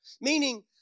Meaning